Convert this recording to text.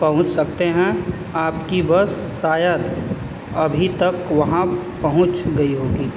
पहुँच सकते हैं आपकी बस शायद अभी तक वहाँ पहुँच गई होगी